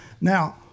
Now